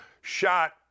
shot